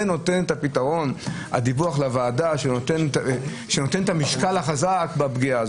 מה שנותן את הפתרון שנותן את המשקל החזק בפגיעה.